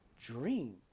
dream